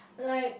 like